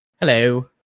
Hello